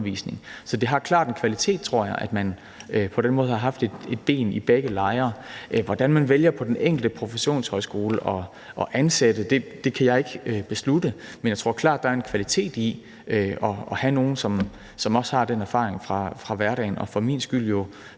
Så det har klart en kvalitet, tror jeg, at man på den måde har haft et ben i begge lejre. Hvordan de vælger at ansætte på den enkelte professionshøjskole, kan jeg ikke beslutte, men jeg tror klart, der er en kvalitet i at have nogle, der også har den erfaring fra hverdagen. Kan man få det